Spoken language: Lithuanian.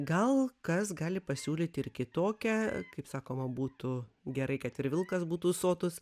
gal kas gali pasiūlyti ir kitokią kaip sakoma būtų gerai kad ir vilkas būtų sotus